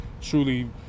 truly –